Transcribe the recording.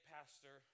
Pastor